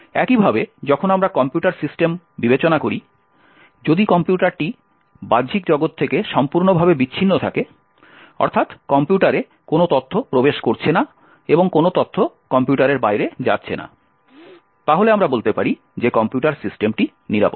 একইভাবে যখন আমরা কম্পিউটার সিস্টেম বিবেচনা করি যদি কম্পিউটারটি বাহ্যিক জগত থেকে সম্পূর্ণভাবে বিচ্ছিন্ন থাকে অর্থাৎ কম্পিউটারে কোনও তথ্য প্রবেশ করছে না এবং কোনও তথ্য কম্পিউটারের বাইরে যাচ্ছে না তাহলে আমরা বলতে পারি যে কম্পিউটার সিস্টেমটি নিরাপদ